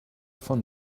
von